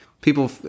People